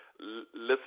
Listen